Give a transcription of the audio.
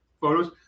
photos